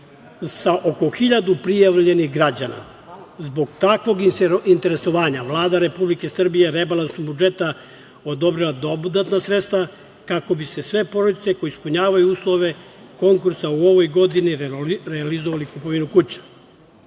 sa oko hiljadu prijavljenih građana. Zbog takvog interesovanja Vlada Republike Srbije rebalansom budžeta odobrila je dodatna sredstva kako bi se sve porodice koje ispunjavaju uslove konkursa u ovoj godini realizovali kupovinu kuća.